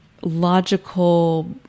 logical